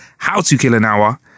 HowToKillAnHour